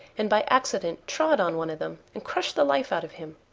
and by accident trod on one of them and crushed the life out of him.